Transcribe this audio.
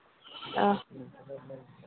ᱚ